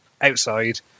outside